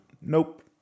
nope